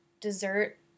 dessert